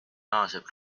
naaseb